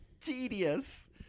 tedious